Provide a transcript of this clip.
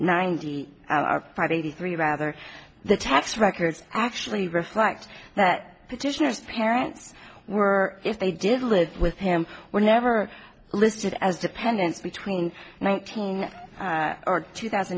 ninety five eighty three rather the tax records actually reflect that petition parents were if they did live with him were never listed as dependent between nineteen two thousand